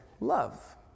love